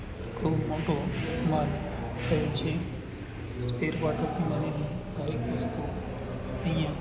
ખૂબ મોટો માર્ગ થયો છે સ્પેરપાર્ટ ઉત્પાદનથી માંડીને દરેક વસ્તુ અહીંયાં